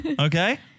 Okay